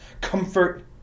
comfort